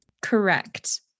correct